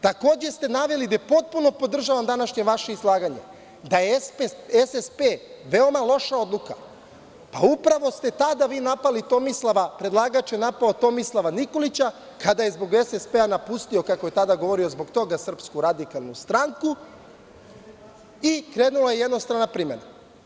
Takođe ste naveli, a potpuno podržavam današnje vaše izlaganje, da je SSP veoma loša odluka, a upravo ste tada vi napali Tomislava, predlagač je napao Tomislava Nikolića kada je zbog SSP napustio, kako je tada govorio, zbog toga, SRS, i krenula je jednostrana primena.